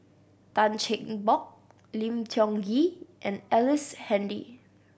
Tan Cheng Bock Lim Tiong Ghee and Ellice Handy